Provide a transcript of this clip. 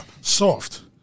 Soft